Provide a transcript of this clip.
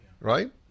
Right